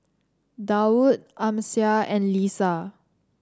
Daud Amsyar and Lisa